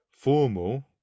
formal